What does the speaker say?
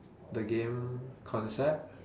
the game concept